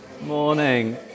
Morning